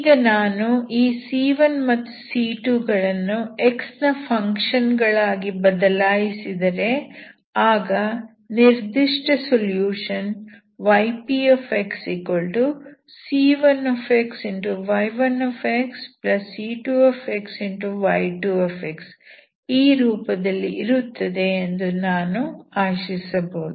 ಈಗ ನಾನು ಈ c1 ಮತ್ತು c2 ಗಳನ್ನು x ನ ಫಂಕ್ಷನ್ ಗಳಾಗಿ ಬದಲಾಯಿಸಿದರೆ ಆಗ ನಿರ್ದಿಷ್ಟ ಸೊಲ್ಯೂಷನ್ ypxc1xy1c2y2 ಈ ರೂಪದಲ್ಲಿ ಇರುತ್ತದೆ ಎಂದು ನಾನು ಆಶಿಸಬಹುದು